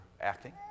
acting